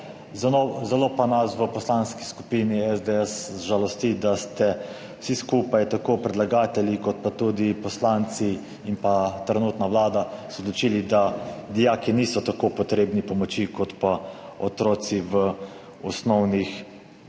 Zelo pa nas v Poslanski skupini SDS žalosti, da ste se vsi skupaj, tako predlagatelji kot pa tudi poslanci in pa trenutna vlada, odločili, da dijaki niso tako potrebni pomoči kot pa otroci v osnovnih šolah.